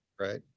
Right